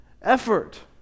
effort